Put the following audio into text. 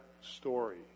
story